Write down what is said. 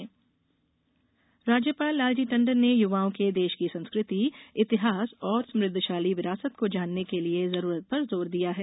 राज्यपाल राज्यपाल लालजी टंडन ने युवाओं के देश की संस्कृति इतिहास और समृद्धशाली विरासत को जानने की जरूरत पर जोर दिया है